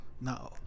No